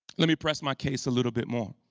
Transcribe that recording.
let me press my case a little bit more.